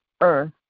earth